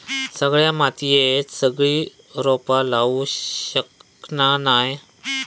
सगळ्या मातीयेत सगळी रोपा लावू शकना नाय